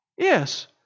Yes